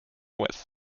with